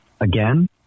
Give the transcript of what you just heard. again